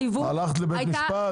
והייתה התחייבות --- הלכת לבית משפט,